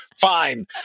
Fine